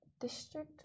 District